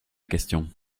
question